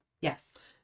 Yes